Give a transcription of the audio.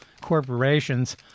corporations